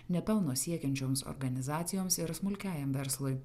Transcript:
nepelno siekiančioms organizacijoms ir smulkiajam verslui